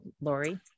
Lori